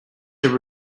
their